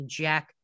jack